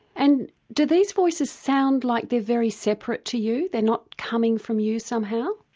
and do these voices sound like they're very separate to you they're not coming from you somehow?